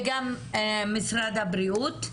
וגם משרד הבריאות.